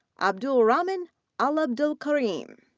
abdulrahman alabdulkareem,